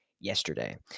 yesterday